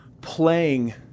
playing